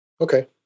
Okay